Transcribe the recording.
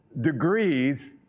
degrees